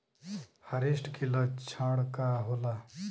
फारेस्ट के लक्षण का होला?